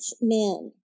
men